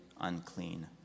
unclean